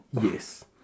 Yes